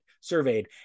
surveyed